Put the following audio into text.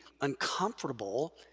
uncomfortable